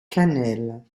cannelle